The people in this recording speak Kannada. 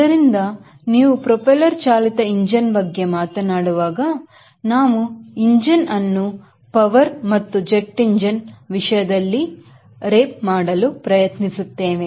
ಅದರಿಂದ ನೀವು ಪ್ರೊಪೆಲ್ಲರ್ ಚಾಲಿತ ಇಂಜಿನ್ ಬಗ್ಗೆ ಮಾತನಾಡುವಾಗನಾವು ಇಂಜಿನ್ ಅನ್ನು ಪವರ್ ಮತ್ತು ಜೆಟ್ ಇಂಜಿನ್ ವಿಷಯದಲ್ಲಿ ರೇಪ್ ಮಾಡಲು ಪ್ರಯತ್ನಿಸುತ್ತೇನೆ